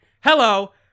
Hello